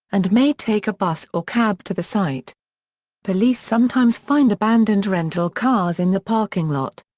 and may take a bus or cab to the site police sometimes find abandoned rental cars in the parking lot.